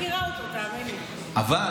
אבל אני מכירה אותו, תאמין לי.